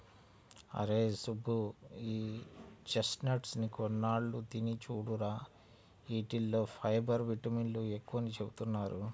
అరేయ్ సుబ్బు, ఈ చెస్ట్నట్స్ ని కొన్నాళ్ళు తిని చూడురా, యీటిల్లో ఫైబర్, విటమిన్లు ఎక్కువని చెబుతున్నారు